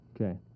Okay